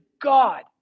God